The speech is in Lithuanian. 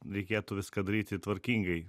reikėtų viską daryti tvarkingai